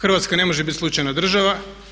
Hrvatska ne može biti slučajna država.